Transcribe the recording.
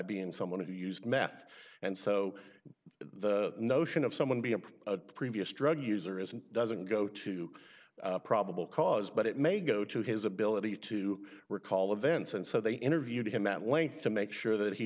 being someone who used meth and so the notion of someone being a previous drug user isn't doesn't go to probable cause but it may go to his ability to recall events and so they interviewed him at length to make sure that he